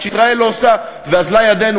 כשישראל לא עושה ואזלה ידנו,